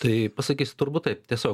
tai pasakysiu turbūt taip tiesiog